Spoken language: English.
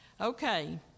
Okay